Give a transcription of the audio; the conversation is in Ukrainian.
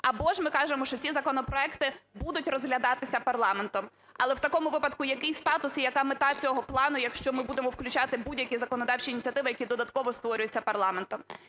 Або ж ми кажемо, що ці законопроекти будуть розглядатися парламентом. Але в такому випадку, який статус і яка мета цього плану, якщо ми будемо включати будь-які законодавчі ініціативи, які додатково створюються парламенту?